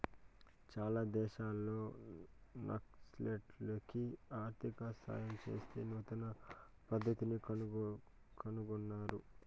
చాలా దేశాల్లో నక్సలైట్లకి ఆర్థిక సాయం చేసే నూతన పద్దతిని కనుగొన్నారు